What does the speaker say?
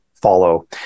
follow